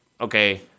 okay